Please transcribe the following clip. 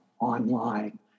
online